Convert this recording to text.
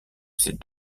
ces